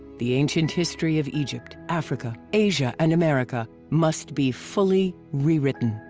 the ancient history of egypt, africa, asia and america must be fully rewritten.